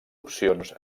opcions